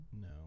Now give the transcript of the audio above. No